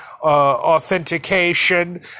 authentication